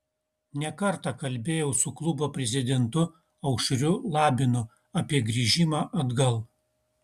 ne kartą kalbėjau su klubo prezidentu aušriu labinu apie grįžimą atgal